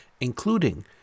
including